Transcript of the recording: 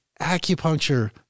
Acupuncture